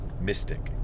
mystic